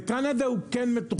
בקנדה הוא כן מתוכנן.